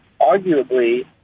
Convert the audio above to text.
arguably